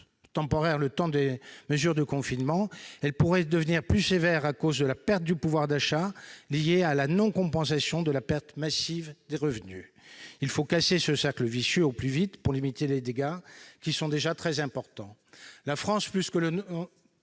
de la durée des mesures de confinement -, elle pourrait devenir plus sévère à cause de la perte de pouvoir d'achat induite par la non-compensation de la perte massive des revenus. Il faut casser ce cercle vicieux au plus vite pour limiter les dégâts qui seront déjà très importants.